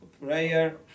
prayer